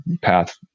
path